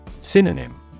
Synonym